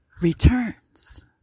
returns